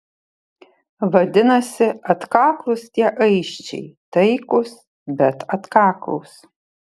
vadinasi atkaklūs tie aisčiai taikūs bet atkaklūs